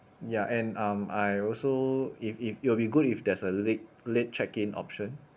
ya and um I also if if it will be good if there's a late late check in option